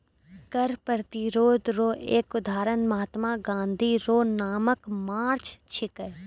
कर प्रतिरोध रो एक उदहारण महात्मा गाँधी रो नामक मार्च छिकै